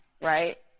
Right